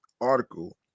article